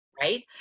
right